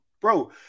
bro